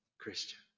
Christian